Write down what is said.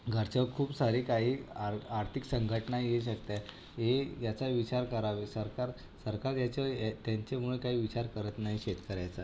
घरच्यावर खूप सारे काही आर आर्थिक संघटना येऊ शकते हे याचा विचार करावे सरकार सरकार याच्या या त्यांच्यामुळे काही विचार करत नाही शेतकऱ्याचा